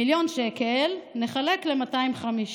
מיליון שקל נחלק ל-250,